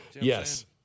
Yes